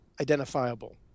identifiable